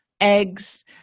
eggs